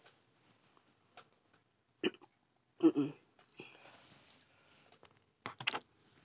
mmhmm